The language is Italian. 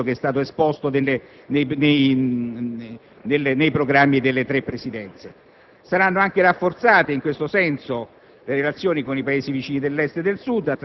rispetto allo stato di principio che è stato esposto nei programmi delle tre Presidenze. Saranno anche rafforzate in questo senso